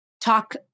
talk